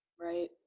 right